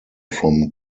from